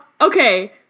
okay